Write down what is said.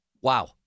Wow